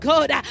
God